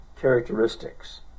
characteristics